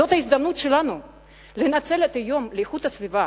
זאת ההזדמנות שלנו לנצל את היום לאיכות הסביבה,